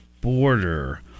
border